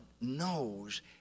knows